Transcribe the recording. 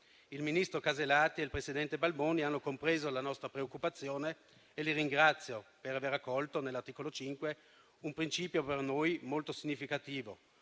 Il ministro Casellati e il presidente Balboni hanno compreso la nostra preoccupazione e li ringrazio per aver accolto nell'articolo 5 un principio per noi molto significativo